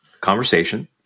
conversation